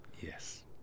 yes